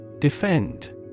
Defend